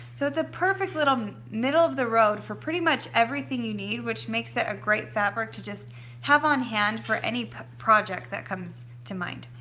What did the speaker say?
so it's a perfect little middle-of-the-road for pretty much everything you need which makes it a great fabric to just have on hand for any project that comes to mind.